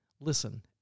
Listen